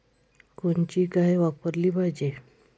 कोनची गाय वापराली पाहिजे?